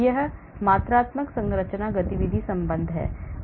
यह मात्रात्मक संरचना गतिविधि संबंध है